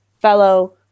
fellow